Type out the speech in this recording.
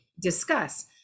discuss